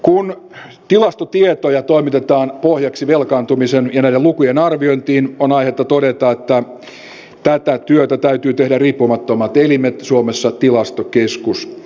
kun tilastotietoja toimitetaan pohjaksi velkaantumisen ja näiden lukujen arviointiin on aihetta todeta että tätä työtä täytyy tehdä riippumattomien elinten suomessa tilastokeskuksen